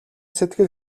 сэтгэл